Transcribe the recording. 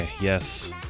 Yes